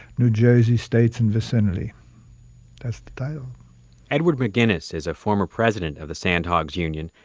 new jersey states and vicinity that's the title edward mcginnis is a former president of the sandhogs union,